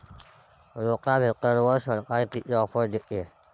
रोटावेटरवर सरकार किती ऑफर देतं?